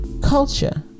Culture